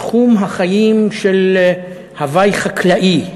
תחום החיים של הווי חקלאי.